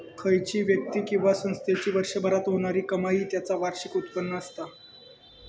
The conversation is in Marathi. खयची व्यक्ती किंवा संस्थेची वर्षभरात होणारी कमाई त्याचा वार्षिक उत्पन्न असता